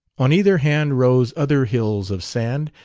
on either hand rose other hills of sand,